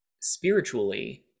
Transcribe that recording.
spiritually